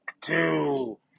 two